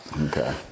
Okay